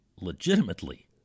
legitimately